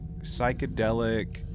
psychedelic